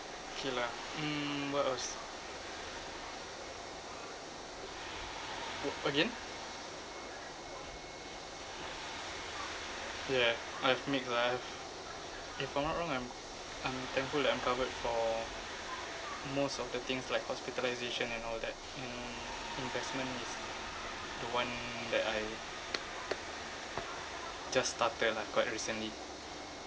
K lah mm what was wha~ again yeah I've make life if I'm not wrong I'm I'm thankful that I'm covered for most of the things like hospitalisation and all that mm investment is the one that I just started lah quite recently